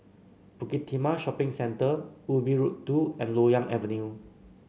Bukit Timah Shopping Centre Ubi Road Two and Loyang Avenue